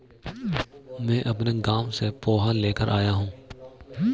मैं अपने गांव से पोहा लेकर आया हूं